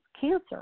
Cancer